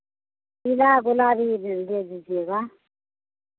पीला गुलाबी दे दीजिएगा